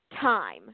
time